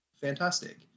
fantastic